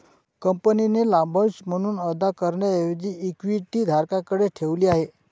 कंपनीने लाभांश म्हणून अदा करण्याऐवजी इक्विटी धारकांकडे ठेवली आहे